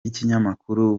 y’ikinyamakuru